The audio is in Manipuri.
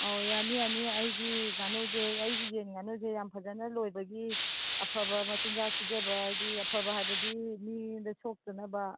ꯑꯣ ꯌꯥꯅꯤ ꯌꯥꯅꯤ ꯑꯩꯒꯤ ꯉꯥꯅꯨꯁꯦ ꯑꯩꯒꯤ ꯌꯦꯟ ꯉꯥꯅꯨꯁꯦ ꯌꯥꯝ ꯐꯖꯅ ꯂꯣꯏꯕꯒꯤ ꯑꯐꯕ ꯃꯆꯤꯟꯖꯥꯛ ꯄꯤꯖꯕ ꯍꯥꯏꯗꯤ ꯑꯐꯕ ꯍꯥꯏꯕꯗꯤ ꯃꯤꯉꯣꯟꯗ ꯁꯣꯛꯇꯅꯕ